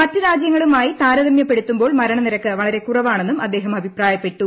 മറ്റ് രാജ്യങ്ങളുമായി താരതമ്യപ്പെടുത്തുമ്പോൾ മരണനിരക്ക് വളരെ കുറവാണെന്നും അദ്ദേഹം അഭിപ്രായപ്പെട്ടു